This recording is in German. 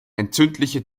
entzündliche